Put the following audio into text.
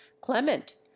clement